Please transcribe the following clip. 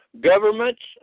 Governments